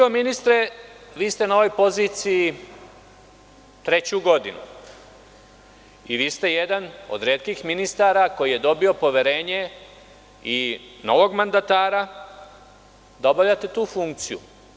Ministre, vi ste na ovoj poziciji treću godinu i vi ste jedan od retkih ministara koji je dobio poverenje i novog mandatara da obavljate tu funkciju.